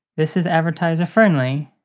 this is advertiser friendly.